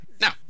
now